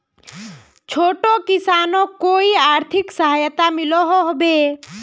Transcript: छोटो किसानोक कोई आर्थिक सहायता मिलोहो होबे?